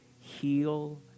heal